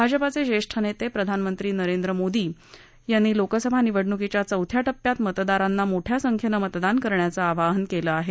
भाजपाचे ज्येष्ठ नेते प्रधानमंत्री नरेंद्र मोदी यांनी लोकसभा निवडणुकीच्या चौथ्या टप्प्यात मतदारांना मोठ्या संख्येनं मतदान करण्याचं आवाहन केलं आहे